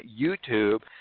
youtube